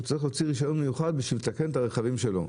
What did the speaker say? הוא צריך להוציא רישיון מיוחד כדי לתקן את הרכב שלו.